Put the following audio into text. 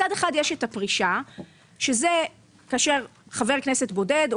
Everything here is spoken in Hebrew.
מצד אחד יש את הפרישה שזה כאשר חבר כנסת בודד או